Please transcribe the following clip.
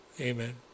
Amen